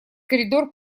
коридор